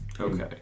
Okay